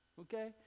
okay